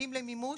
מביאים למימוש,